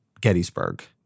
Gettysburg